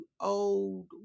old